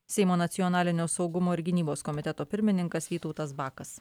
seimo nacionalinio saugumo ir gynybos komiteto pirmininkas vytautas bakas